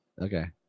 Okay